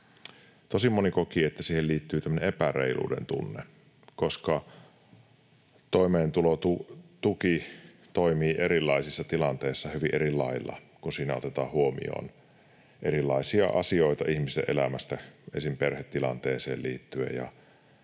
Tosi moni koki, että siihen liittyy tämmöinen epäreiluuden tunne, koska toimeentulotuki toimii erilaisissa tilanteissa hyvin eri lailla, kun siinä otetaan huomioon erilaisia asioita ihmisten elämästä esim. perhetilanteeseen liittyen